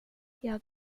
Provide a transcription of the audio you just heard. jag